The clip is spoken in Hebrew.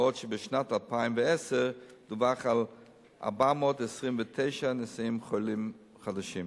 ואילו בשנת 2010 דווח על 429 נשאים וחולים חדשים.